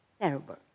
Terrible